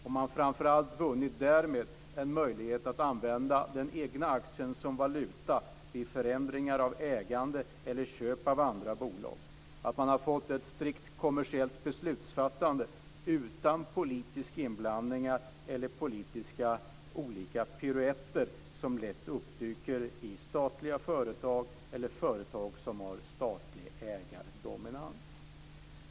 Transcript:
Vad man framför allt har vunnit därmed är möjligheten att använda den egna aktien som valuta vid förändringar av ägande eller köp av andra bolag. Man har fått ett strikt kommersiellt beslutsfattande utan politisk inblandning eller olika politiska piruetter, som lätt uppdyker i statliga företag eller i företag som har statlig ägardominans.